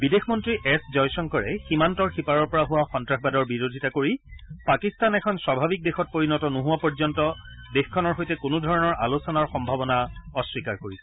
বিদেশ মন্নী এচ জয় শংকৰে সীমান্তৰ সিপাৰৰ পৰা হোৱা সন্নাসবাদৰ বিৰোধীতা কৰি পাকিস্তান এখন স্বাভাৱিক দেশত পৰিণত নোহোৱা পৰ্যন্ত দেশখনৰ সৈতে কোনো ধৰণৰ আলোচনাৰ সম্ভাৱনা অস্বীকাৰ কৰিছে